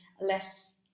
less